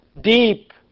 deep